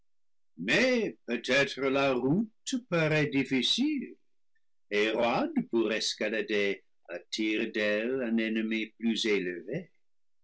mais peut-être la route parait difficile et roide pour escalader à tire d'aile un ennemi plus élevé